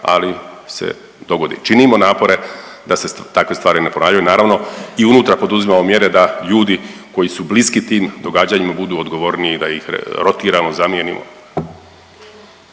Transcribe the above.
ali se dogodi, činimo napore da se takve stvari ne ponavljaju, naravno i unutra poduzimamo mjere da ljudi koji su bliski tim događanjima da budu odgovorniji, da ih rotiramo, zamijenimo.